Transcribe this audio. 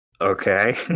Okay